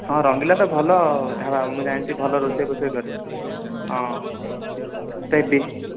ହଁ ରଙ୍ଗିଲା ତ ଭଲ ଢାବା ମୁଁ ଜାଣିଛି ଭଲ ରୋଷେଇ ଫୋସେଇ କରେ ହଁ